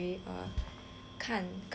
看看你的